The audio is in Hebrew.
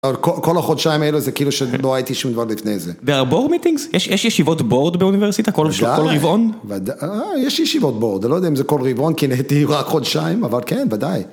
כל החודשיים האלה זה כאילו שלא הייתי שום דבר לפני זה. והבורד מיטינגס? יש ישיבות בורד באוניברסיטה, כל רבעון? ודאי, יש ישיבות בורד, אני לא יודע אם זה כל רבעון כי אני הייתי רק חודשיים, אבל כן, ודאי.